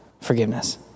forgiveness